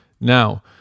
Now